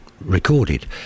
recorded